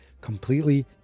completely